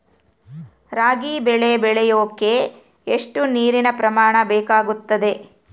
ರಾಗಿ ಬೆಳೆ ಬೆಳೆಯೋಕೆ ಎಷ್ಟು ನೇರಿನ ಪ್ರಮಾಣ ಬೇಕಾಗುತ್ತದೆ?